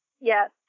Yes